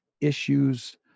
issues